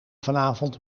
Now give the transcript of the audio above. vanavond